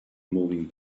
moving